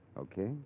okay